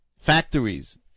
Factories